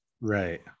right